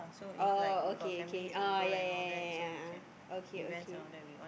oh okay okay ah yea yea yea yea yea ah okay okay